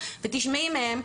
ותשמעי מהם,